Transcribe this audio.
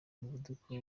umuvuduko